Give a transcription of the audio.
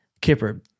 Kipper